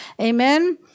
amen